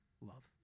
love